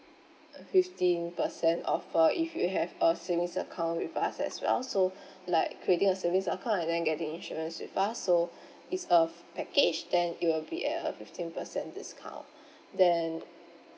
fifteen percent offer if you have a savings account with us as well so like creating a savings account and then getting insurance with us so it's a f~ package then it will be a fifteen percent discount then